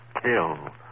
kill